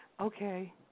Okay